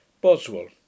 Boswell